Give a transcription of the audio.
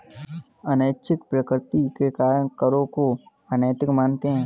अनैच्छिक प्रकृति के कारण करों को अनैतिक मानते हैं